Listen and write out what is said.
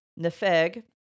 Nefeg